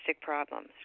problems